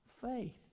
faith